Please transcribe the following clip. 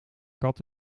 kat